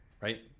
right